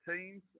teams